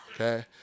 okay